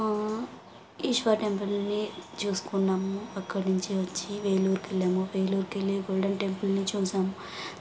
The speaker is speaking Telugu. ఈశ్వర్ టెంపుల్ని చూసుకున్నాము అక్కడ్నుంచి వచ్చి వేలూర్కెళ్ళాము వేలూర్కెళ్ళి గోల్డెన్ టెంపుల్ని చూసాం